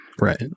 Right